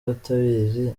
batabizi